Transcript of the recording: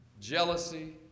jealousy